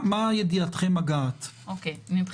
אנשים תכננו את הלו"ז שלהם לפי זה.